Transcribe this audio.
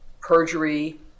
perjury